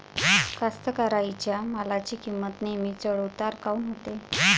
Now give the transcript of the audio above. कास्तकाराइच्या मालाची किंमत नेहमी चढ उतार काऊन होते?